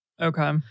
Okay